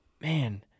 man